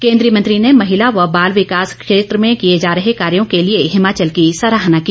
केन्द्रीय मंत्री ने महिला व बाल विकास के क्षेत्र में किए जा रहे कार्यों के लिए हिमाचल की सराहना की